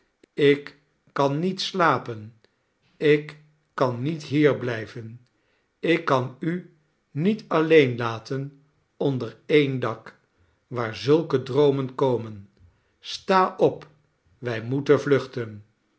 ik kan niet slapen ik kan niet hier blijven ik kan u niet alleen laten onder een dak waar zulke droomen komen sta op wij moeten vluchten